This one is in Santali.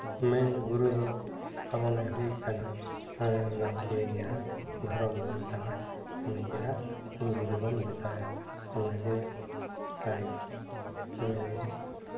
ᱢᱮᱱ ᱜᱩᱨᱩ ᱫᱚ ᱛᱟᱵᱚᱱᱮ ᱦᱩᱭᱩᱜ ᱠᱟᱱᱟ ᱱᱟᱭᱠᱮ ᱜᱮ ᱦᱟᱸᱜ ᱫᱷᱚᱨᱚᱢ ᱜᱩᱨᱩ ᱠᱟᱱᱟᱭ ᱩᱱᱤᱜᱮ ᱦᱟᱸᱜ ᱜᱩᱨᱩ ᱫᱚᱵᱚᱱ ᱢᱮᱛᱟᱭᱟ ᱚᱱᱟᱜᱮ ᱟᱹᱰᱤ ᱢᱟᱱᱮ